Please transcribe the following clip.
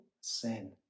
sin